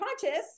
conscious